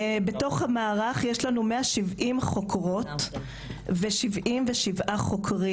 בתוך המערך, יש לנו 170 חוקרות, ו-77 חוקרים.